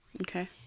Okay